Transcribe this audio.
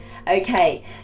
okay